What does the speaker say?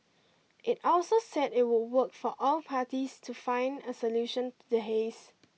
it also said it would work with all parties to find a solution to the haze